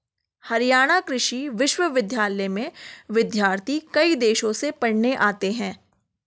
हरियाणा कृषि विश्वविद्यालय में विद्यार्थी कई देशों से पढ़ने आते हैं